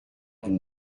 d’une